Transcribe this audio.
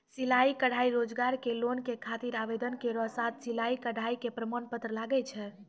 सिलाई कढ़ाई रोजगार के लोन के खातिर आवेदन केरो साथ सिलाई कढ़ाई के प्रमाण पत्र लागै छै?